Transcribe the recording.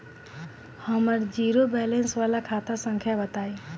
हमर zero balance वाला खाता संख्या बताई?